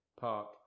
park